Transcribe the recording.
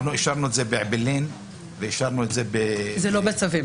אישרנו את זה באעבלין ואישרנו את זה ב --- זה לא בצווים,